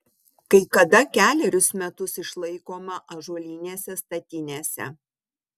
kai kada kelerius metus išlaikoma ąžuolinėse statinėse